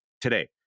today